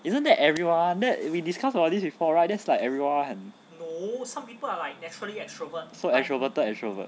isn't that everyone that we discuss about before right that's like everyone so extroverted extrovert